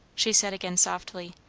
she said again softly.